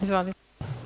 Izvolite.